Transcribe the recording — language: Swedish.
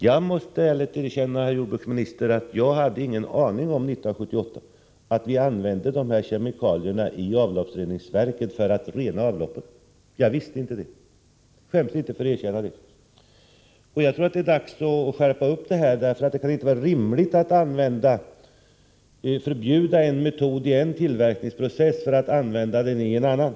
Jag måste ärligt erkänna, herr jordbruksminister, att jag 1978 inte hade någon aning om att man använde dessa kemikalier i avloppsreningsverken för att rena avloppen. Det skäms jag inte för att erkänna. Jag tror att det här är dags för en skärpning, för det kan inte vara rimligt att förbjuda en metod i en tillverkningsprocess för att använda den i en annan.